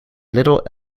little